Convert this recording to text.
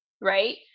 Right